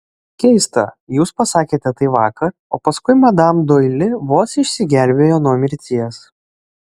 keista jūs pasakėte tai vakar o paskui madam doili vos išsigelbėjo nuo mirties